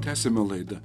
tęsiame laidą